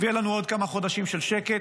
ויהיו לנו עוד כמה חודשים של שקט,